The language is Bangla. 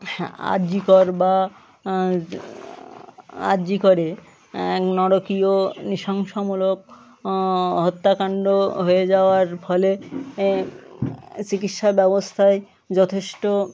হ্যাঁ আরজি কর বা আরজি করে নারকীয় নৃশংসমূলক হত্যাকাণ্ড হয়ে যাওয়ার ফলে চিকিৎসা ব্যবস্থায় যথেষ্ট